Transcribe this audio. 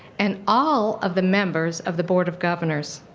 and all of the members of the board of governors.